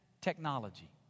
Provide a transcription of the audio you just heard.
technology